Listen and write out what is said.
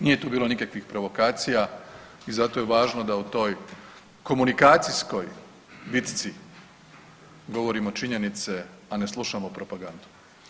Nije tu bilo nikakvih provokacija i zato je važno da u toj komunikacijskoj bitci govorimo činjenice, a ne slušamo propagandu.